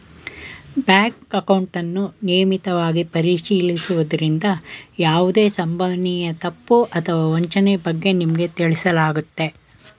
bank ಅಕೌಂಟನ್ನು ನಿಯಮಿತವಾಗಿ ಪರಿಶೀಲಿಸುವುದ್ರಿಂದ ಯಾವುದೇ ಸಂಭವನೀಯ ತಪ್ಪು ಅಥವಾ ವಂಚನೆ ಬಗ್ಗೆ ನಿಮ್ಗೆ ತಿಳಿಸಲಾಗುತ್ತೆ